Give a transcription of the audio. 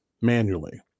manually